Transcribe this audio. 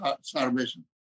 starvation